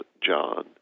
John